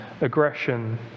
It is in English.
aggression